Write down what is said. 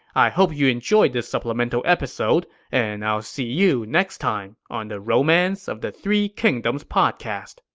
i hope you enjoyed this supplemental episode, and i'll see you next time on the romance of the three kingdoms podcast.